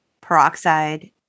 peroxide